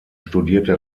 studierte